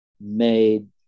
made